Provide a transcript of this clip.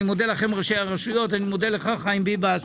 אני מודה לראשי הרשויות ולחיים ביבס,